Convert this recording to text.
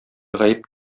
гаеп